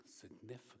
significant